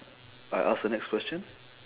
I ask the next question